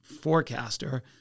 forecaster